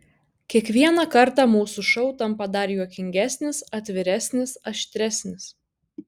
kiekvieną kartą mūsų šou tampa dar juokingesnis atviresnis aštresnis